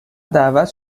دعوت